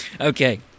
Okay